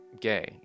gay